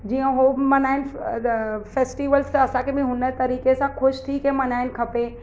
जीअं उहो मल्हाइण फैस्टिवल्स त असांखे बि हुन तरीक़े सां ख़ुशि थी करे मल्हाइण खपे